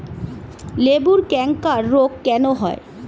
লেবুর ক্যাংকার রোগ কেন হয়?